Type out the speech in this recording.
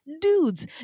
dudes